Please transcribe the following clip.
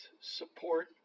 support